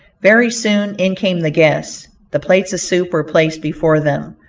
very soon in came the guests. the plates of soup were placed before them.